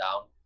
down